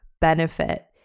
benefit